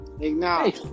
hey